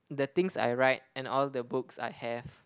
the things I write and all the books I have